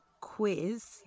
quiz